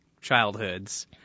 childhoods